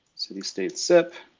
so this state zip.